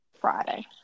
Friday